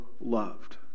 loved